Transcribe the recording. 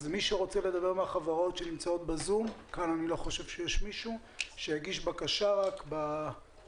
אז מי שרוצה לדבר מהחברות שנמצאות בזום שיגיש בקשה בצ'ט,